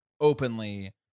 openly